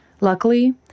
Luckily